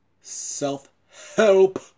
self-help